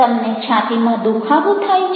તમને છાતીમાં દુખાવો થાય છે